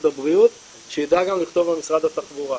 הבריאות שיידע גם לכתוב במשרד התחבורה.